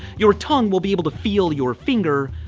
your tongue will be able to feel your finger,